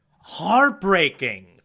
Heartbreaking